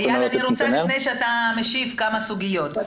לפני שאתה משיב, אני רוצה להעלות כמה סוגיות.